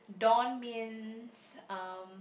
Dawn means um